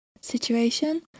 situation